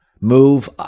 move